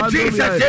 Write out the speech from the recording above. Jesus